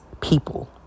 people